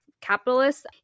capitalists